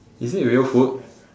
is it real food